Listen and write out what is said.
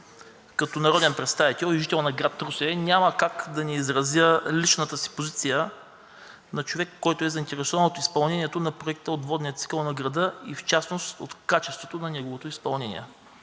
като народен представител и жител на град Русе няма как да не изразя личната си позиция на човек, който е заинтересован от изпълнението на проекта от водния цикъл на града и в частност от качеството на неговото изпълнение.